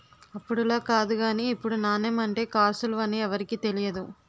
అప్పుడులా కాదు గానీ ఇప్పుడు నాణెం అంటే కాసులు అని ఎవరికీ తెలియదు